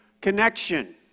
connection